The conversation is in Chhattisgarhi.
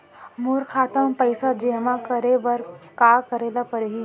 मोर खाता म पइसा जेमा करे बर का करे ल पड़ही?